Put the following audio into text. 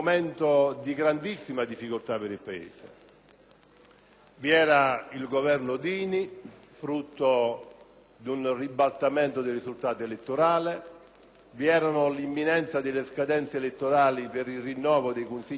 vi era il Governo Dini, frutto di un ribaltamento dei risultati elettorali, vi era l'imminenza delle scadenze elettorali per il rinnovo dei Consigli regionali in 15 Regioni a Statuto ordinario.